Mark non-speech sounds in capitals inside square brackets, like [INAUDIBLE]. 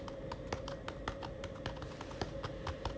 [NOISE]